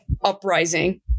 uprising